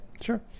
Sure